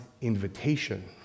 invitation